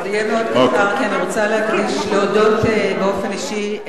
יהיה מאוד קצר, כי אני רוצה להודות באופן אישי,